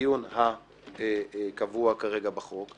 מהציון הקבוע כרגע בחוק,